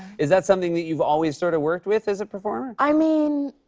is that something that you've always sort of worked with as a performer? i mean,